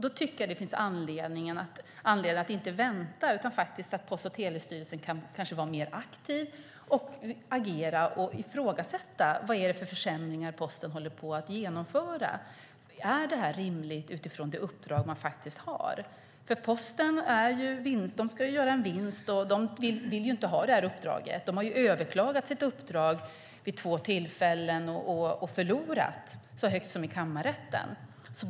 Då finns det anledning att inte vänta, utan Post och telestyrelsen kan vara mer aktiv, agera och ifrågasätta vilka försämringar Posten håller på att genomföra. Är det rimligt utifrån det uppdrag Posten har? Posten ska göra en vinst, och Posten vill inte ha uppdraget. De har överklagat sitt uppdrag vid två tillfällen och förlorat så högt upp som i kammarrätten.